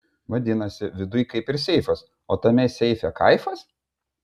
vadinasi viduj kaip ir seifas o tame seife kaifas